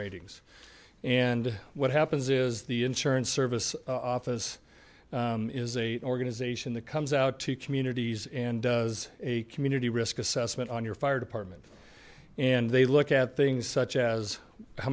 ratings and what happens is the insurance service office is a organization that comes out to communities and does a community risk assessment on your fire department and they look at things such as how